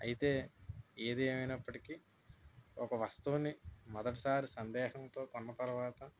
అయితే ఏది ఏమైనప్పటికి ఒక వస్తువుని మొదటిసారి సందేహంతో కొన్న తర్వాత